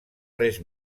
res